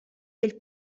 del